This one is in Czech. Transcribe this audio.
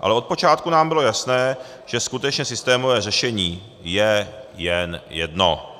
Ale od počátku nám bylo jasné, že skutečně systémové řešení je jen jedno,